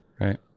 Right